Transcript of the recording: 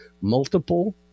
multiple